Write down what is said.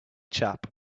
chap